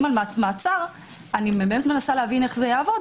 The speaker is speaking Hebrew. על מעצר אני באמת מנסה להבין איך זה יעבוד,